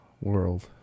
world